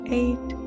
eight